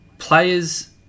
Players